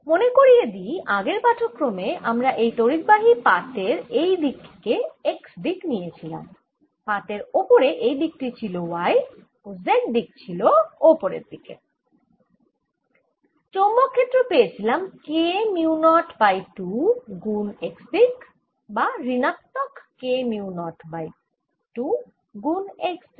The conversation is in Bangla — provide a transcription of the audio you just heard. মনে করিয়ে দিই আগের পাঠক্রমে আমরা এই তড়িদবাহী পাতের এই দিক কে x দিক নিয়েছিলাম পাতের ওপরে এই দিক টি ছিল y ও z দিক ছিল ওপরের দিকে চৌম্বক ক্ষেত্র পেয়েছিলাম K মিউ নট বাই 2 গুন x দিক বা ঋণাত্মক K মিউ নট বাই 2 গুন x দিক